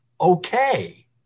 okay